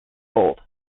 gold